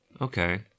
Okay